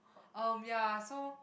um ya so